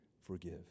forgive